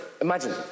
imagine